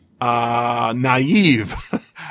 Naive